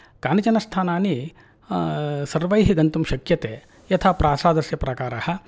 कानिचनस्थानानि सर्वैः गन्तुं शक्यते यथा प्रसादस्य प्राकाराः